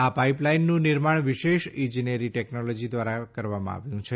આ પાઈપલાઈનનું નિર્માણ વિશેષ ઈજનેરી ટેકનોલોજી દ્વારા કરવામાં આવ્યું છે